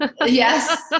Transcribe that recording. Yes